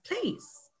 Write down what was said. place